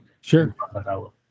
Sure